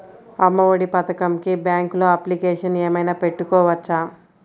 అమ్మ ఒడి పథకంకి బ్యాంకులో అప్లికేషన్ ఏమైనా పెట్టుకోవచ్చా?